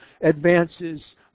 advances